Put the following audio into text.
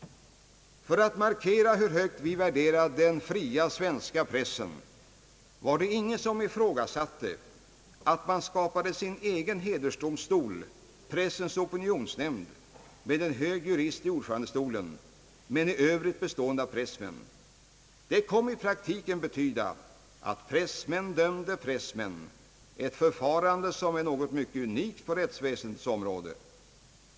För att markera hur högt vi värderar den fria svenska pressen var det ingen som ifrågasatte att man skapade sin egen hedersdomstol, Pressens opinionsnämnd, med en hög jurist i ordförandestolen men i övrigt bestående av pressmän. Det kom i praktiken att betyda att pressmän dömde pressmän, ett förfarande som är något mycket unikt på rättsväsendets område.